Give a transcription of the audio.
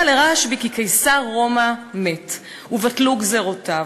לרשב"י כי קיסר רומא מת ובטלו גזירותיו,